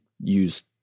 use